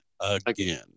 again